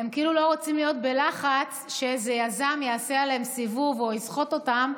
לא רוצים להיות בלחץ שאיזה יזם יעשה עליהם סיבוב או יסחט אותם,